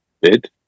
bid